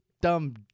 dumb